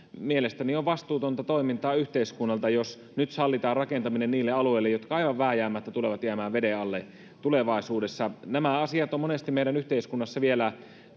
mielestäni on vastuutonta toimintaa yhteiskunnalta jos nyt sallitaan rakentaminen niille alueille jotka aivan vääjäämättä tulevat jäämään veden alle tulevaisuudessa nämä asiat ovat monesti meidän yhteiskunnassa vielä